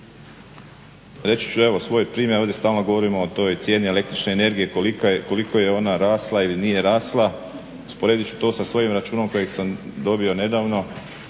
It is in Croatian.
Reći ću svoj primjer, ovdje stalno govorimo o toj cijeni električne energije koliko je ona rasla ili nije rasla, usporedit ću to sa svojim računom kojeg sam dobio nedavno